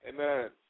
Amen